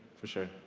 for sure.